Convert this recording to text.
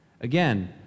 Again